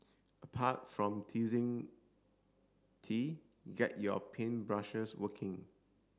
apart from teasing tea get your paint brushes working